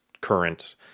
current